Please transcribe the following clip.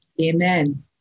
Amen